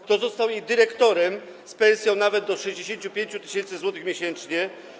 Kto został jej dyrektorem z pensją nawet do 65 tys. zł miesięcznie?